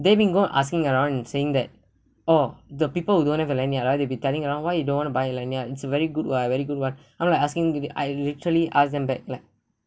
they've been going asking around and saying that oh the people who don't have a lanyard right they be telling around why you don't want to buy a lanyard it's very good [one] very good [one] I'm like asking the I literally ask them back like